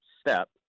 step